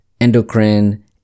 endocrine